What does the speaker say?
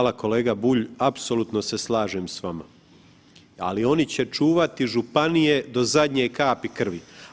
Hvala kolega Bulj, apsolutno se slažem s vama, ali oni će čuvati županije do zadnje kapi krvi.